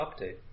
update